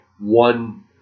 one